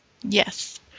Yes